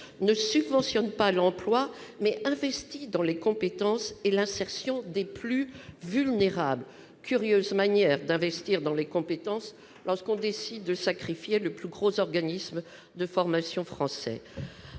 ne subventionne pas l'emploi, mais investit dans les compétences et l'insertion des plus vulnérables ». Curieuse manière d'investir dans les compétences lorsque l'on décide de sacrifier le plus gros organisme de formation français